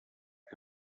que